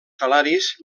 salaris